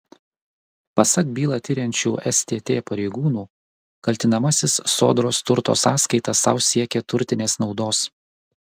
pasak bylą tiriančių stt pareigūnų kaltinamasis sodros turto sąskaita sau siekė turtinės naudos